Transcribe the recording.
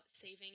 saving